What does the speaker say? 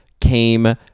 came